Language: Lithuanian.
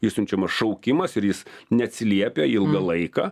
išsiunčiamas šaukimas ir jis neatsiliepia ilgą laiką